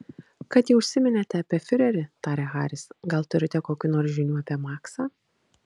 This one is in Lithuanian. kad jau užsiminėte apie fiurerį tarė haris gal turite kokių nors žinių apie maksą